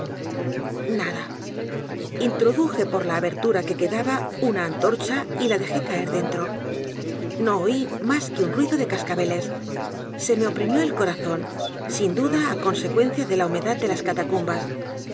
nada introduje por la abertura que quedaba una antorcha y la dejé caer dentro no oí más que un ruido de cascabeles se me oprimió el corazón sin duda á consecuencia de la humedad de las catacumbas